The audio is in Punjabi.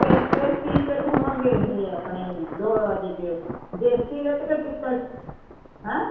ਕਿਸ ਕਿਸ ਕਰਕੇ ਚੀਜ਼ ਵਿੱਚ ਹੋਣਗੇ ਇਹ ਆਪਣੇ ਲੋਹ ਉਹਦੇ 'ਚ ਜਿਸਤੀ ਵਿੱਚ ਕਿ ਪਿੱਤਲ 'ਚ ਹੈਂ